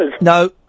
No